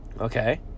Okay